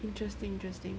interesting interesting